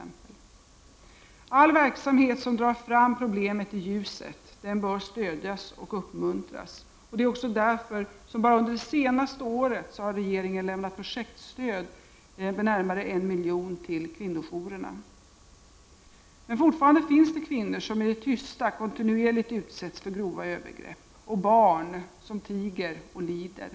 All verksamhet som drar fram problemet i ljuset bör stödjas och uppmuntras. Det är också därför som regeringen under det senaste året lämnat projektstöd med närmare 1 milj.kr. till kvinnojourerna. Men det finns fortfarande kvinnor som i det tysta kontinuerligt utsätts för grova övergrepp och barn som tiger och lider.